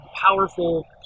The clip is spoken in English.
powerful